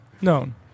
known